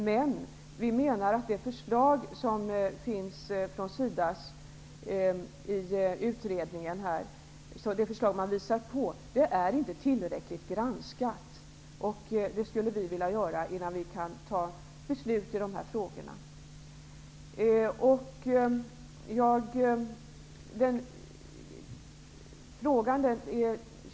Men vi menar att det förslag som finns i utredningen inte är tillräckligt granskat. Det skulle vi vilja göra innan vi fattar beslut i dessa frågor.